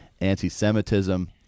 anti-Semitism